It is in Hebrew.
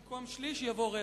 במקום "שליש" יבוא "רבע".